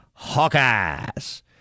Hawkeyes